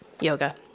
yoga